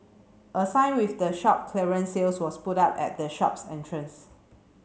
a sign with the shop clearance sale was put up at the shops entrance